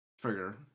trigger